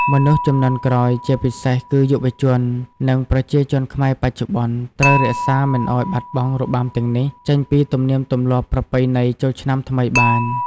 មនុស្សជំនាន់ក្រោយ ជាពិសេសគឺយុវជន និងប្រជាជនខ្មែរបច្ចុប្បន្ន ត្រូវរក្សាមិនឲ្យបាត់បង់របាំទាំងនេះ ចេញពីទំនៀមទម្លាប់ប្រពៃណីចូលឆ្នាំថ្មីបាន។